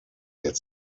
get